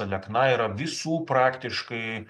alekna yra visų praktiškai